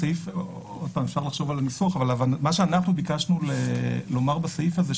מה שאנחנו ביקשנו לומר בסעיף הזה,